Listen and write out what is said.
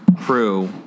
crew